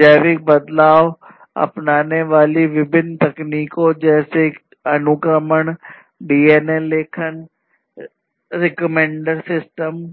जैविक बदलाव अपनाने वाली विभिन्न तकनीकों जैसे जीन अनुक्रमण डीएनए लेखन रिकमैनडर सिस्टम